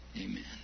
Amen